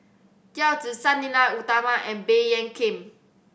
Yao Zi Sang Nila Utama and Baey Yam Keng